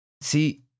See